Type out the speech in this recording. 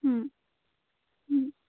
হুম হুম